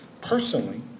personally